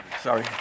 Sorry